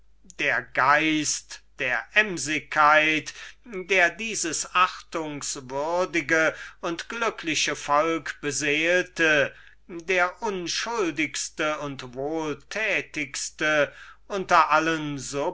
der geist der emsigkeit der dieses achtungswürdige und glückliche volk beseelte der unschuldigste und wohltätigste unter allen